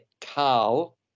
Carl